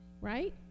Right